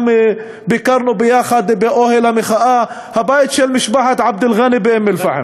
גם ביקרנו באוהל המחאה שליד בית של משפחת עבד אלגני באום-אלפחם.